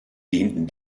dienten